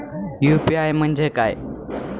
UPI म्हणजे काय?